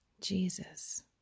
Jesus